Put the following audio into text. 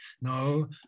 No